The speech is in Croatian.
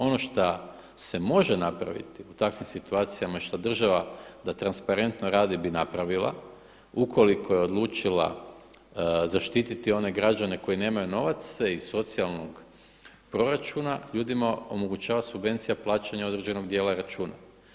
Ono šta se može napraviti u takvim situacijama, da država transparentno radi bi napravila, ukoliko je odlučila zaštititi one građane koji nemaju novaca iz socijalnog proračuna ljudima omogućava subvencija plaćanja određenog dijela računa.